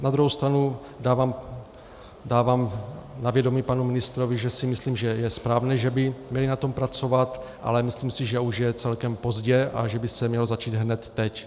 Na druhou stranu dávám na vědomí panu ministrovi, že si myslím, že je správné, že by na tom měli pracovat, ale myslím si, že už je celkem pozdě a že by se mělo začít hned teď.